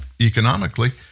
Economically